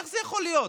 איך זה יכול להיות?